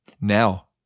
Now